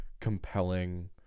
compelling